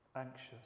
anxious